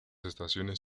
estaciones